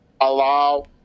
allow